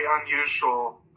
unusual